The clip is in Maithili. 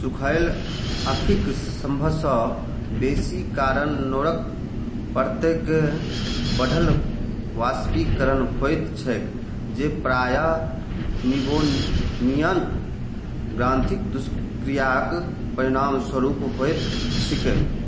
सूखायल आँखिक सभसँ बेसी कारण नोरक परतके बढ़ल वाष्पीकरण होयत छैक जे प्रायः मिबोमियन ग्रन्थिक दुष्क्रियाक परिणामस्वरूप होयत छैक